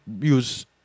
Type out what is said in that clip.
use